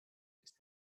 ist